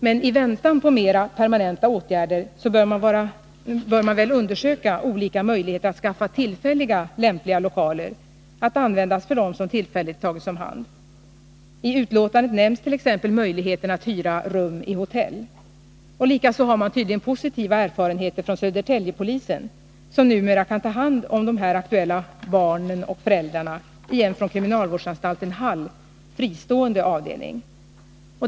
Men i väntan på mera permanenta åtgärder bör man undersöka olika möjligheter när det gäller att skaffa lämpliga lokaler att användas för dem som tillfälligt tagits om hand. I utlåtandet nämns t.ex. möjligheten att hyra rum på hotell. Likaså har man tydligen positiva erfarenheter från Södertäljepolisen, som numera kan ta hand om här aktuella barn och föräldrar på en från kriminalvårdsanstalten Hall fristående avdelning.